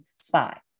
spy